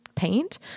Paint